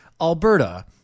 Alberta